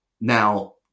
Now